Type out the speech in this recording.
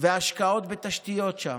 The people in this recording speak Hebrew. והשקעות בתשתיות שם.